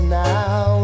now